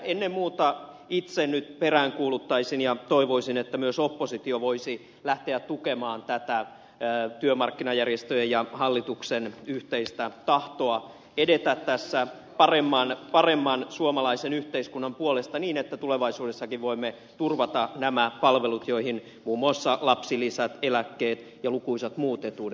ennen muuta nyt itse peräänkuuluttaisin ja toivoisin että myös oppositio voisi lähteä tukemaan tätä työmarkkinajärjestöjen ja hallituksen yhteistä tahtoa edetä tässä paremman suomalaisen yhteiskunnan puolesta niin että tulevaisuudessakin voimme turvata nämä palvelut joihin muun muassa lapsilisät eläkkeet ja lukuisat muut etuudet kuuluvat